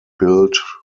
built